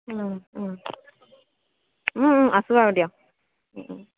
আছো আৰু দিয়ক